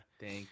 Thank